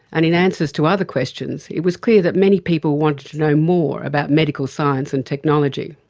and in answers to other questions, it was clear that many people want to to know more about medical science and technology.